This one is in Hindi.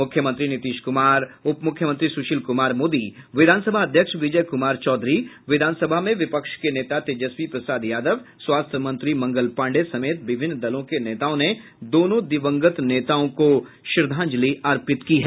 मुख्यमंत्री नीतीश कुमार उपमुख्यमंत्री सुशील कुमार मोदी विधानसभा अध्यक्ष विजय कुमार चौधरी विधानसभा में विपक्ष के नेता तेजस्वी प्रसाद यादव स्वाथ्य मंत्री मंगल पांडेय समेत विभिन्न दलों के नेताओं ने दोनों दिवंगत नेताओं को श्रद्धांजलि अर्पित की है